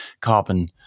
carbon